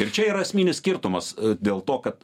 ir čia yra esminis skirtumas dėl to kad